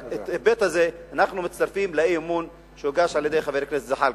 בהיבט הזה אנחנו מצטרפים לאי-אמון שהגיש חבר הכנסת זחאלקה.